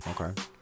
Okay